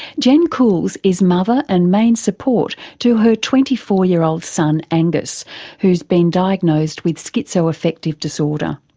jen coulls is mother and main support to her twenty four year old son angus who's been diagnosed with schizoaffective disorder.